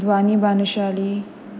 ध्वनी भानुशाली